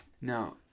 Now